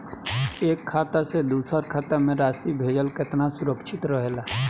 एक खाता से दूसर खाता में राशि भेजल केतना सुरक्षित रहेला?